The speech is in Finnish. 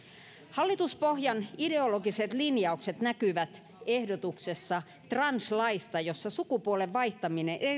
hallituspohjan ideologiset linjaukset näkyvät ehdotuksessa translaista jossa sukupuolen vaihtaminen